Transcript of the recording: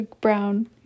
Brown